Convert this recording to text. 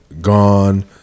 Gone